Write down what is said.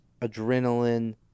adrenaline